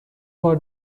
بار